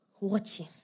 watching